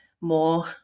more